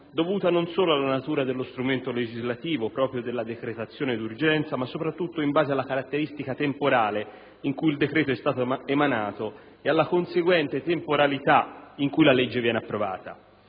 dovuta non solo alla natura dello strumento legislativo, proprio della decretazione d'urgenza, ma soprattutto in base alla caratteristica temporale in cui il decreto-legge è stato emanato e alla conseguente temporalità in cui la legge viene approvata.